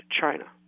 China